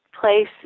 place